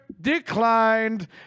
declined